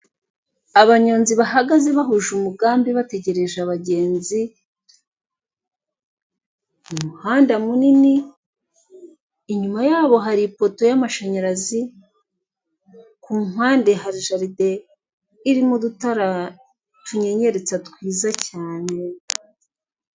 Abanyonzi bahagaze bahuje umugambi bategereje abagenzi mu muhanda munini inyuma yabo hari ipoto y'amashanyarazi kumpande hari jardin irimo udutara tunyenyeretse twiza cyane.